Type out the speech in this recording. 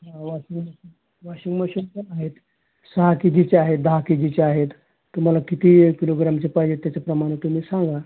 हां washing machine washing machine पण आहेत सहा के जिचे आहेत दहा के जिचे आहेत तुम्हाला किती किलोग्रामचे पाहिजे आहेत त्याच्याप्रमाणं तुम्ही सांगा